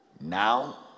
Now